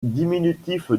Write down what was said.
diminutif